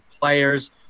players